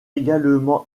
également